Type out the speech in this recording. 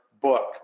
book